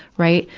right.